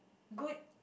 good